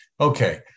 Okay